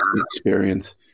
experience